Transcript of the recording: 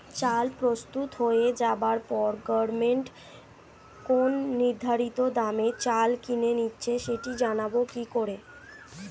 চাল প্রস্তুত হয়ে যাবার পরে গভমেন্ট কোন নির্ধারিত দামে চাল কিনে নিচ্ছে সেটা জানবো কি করে?